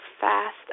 fast